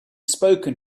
spoken